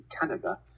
Canada